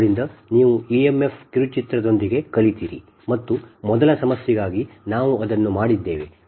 ಆದ್ದರಿಂದ ನೀವು emf ಕಿರುಚಿತ್ರದೊಂದಿಗೆ ಕಲಿತಿರಿ ಮತ್ತು ಮೊದಲ ಸಮಸ್ಯೆಗಾಗಿ ನಾವು ಅದನ್ನು ಮಾಡಿದ್ದೇವೆ